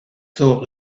thought